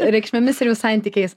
reikšmėmis ir jų santykiais